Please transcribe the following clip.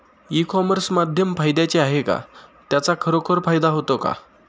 E commerce माध्यम फायद्याचे आहे का? त्याचा खरोखर फायदा होतो का?